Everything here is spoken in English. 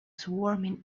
swarming